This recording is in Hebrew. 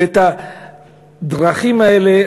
ואת הדברים האלה,